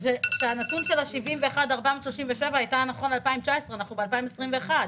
שהנתון של 71,437 תושבים היה נכון ל-2019 ואנחנו ב-2021.